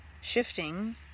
shifting